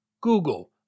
Google